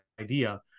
idea